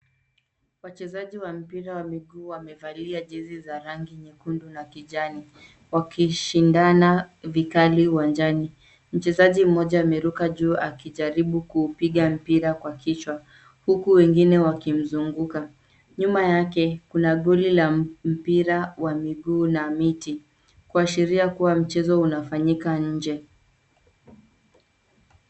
Wachezaji wa mpira wa miguu wamevalia jezi za rangi nyekundu na kijani, wakishindana vikali uwanjani. Mchezaji mmoja ameruka juu akijaribu kuupiga mpira kwa kichwa, huku wengine wakimzunguka. Nyuma yake kuna goli la mpira wa miguu na miti, kuashiria kuwa mchezo unafanyika nje.